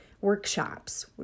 workshops